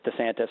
DeSantis